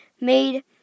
made